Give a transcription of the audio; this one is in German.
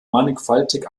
mannigfaltig